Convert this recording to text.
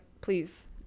please